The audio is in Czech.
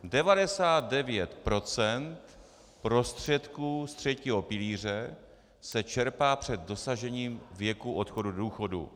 99 % prostředků z třetího pilíře se čerpá před dosažením věku odchodu do důchodu.